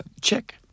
check